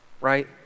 right